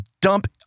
dump